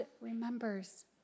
remembers